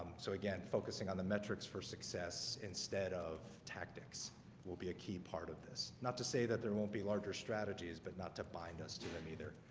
so again focusing on the metrics for success instead of tactics will be a key part of this not to say that there won't be larger strategies but not to bind us to them either